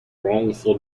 wrongful